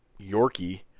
Yorkie